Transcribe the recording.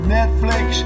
Netflix